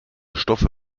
stoffe